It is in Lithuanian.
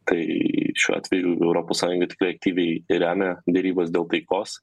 tai šiuo atveju europos sąjunga tikrai aktyviai remia derybas dėl taikos